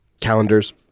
calendars